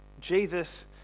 Jesus